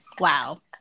Wow